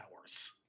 hours